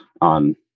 on